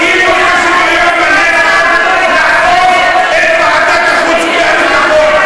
הקימו את הוועדה לעניין השוויון בנטל כדי לעקוף את ועדת החוץ והביטחון.